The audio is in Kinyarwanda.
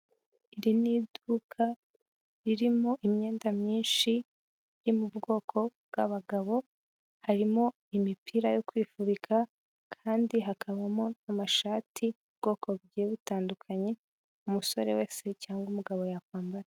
Iri ni iduka ririmo imyenda myinshi iri mu bwoko bw'abagabo, harimo imipira yo kwifubika kandi hakabamo amashati y'ubwoko bugiye butandukanye umusore wese cyangwa umugabo yakwambara.